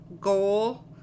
goal